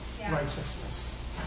righteousness